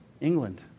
England